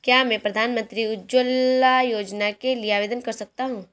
क्या मैं प्रधानमंत्री उज्ज्वला योजना के लिए आवेदन कर सकता हूँ?